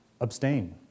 abstain